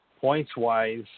points-wise